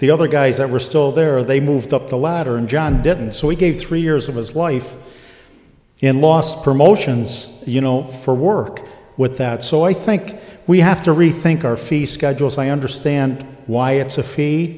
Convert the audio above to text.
the other guys that were still there they moved up the ladder and john didn't so he gave three years of his life in lost promotions you know for work with that so i think we have to rethink our fee schedule so i understand why it's a fee